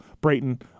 Brayton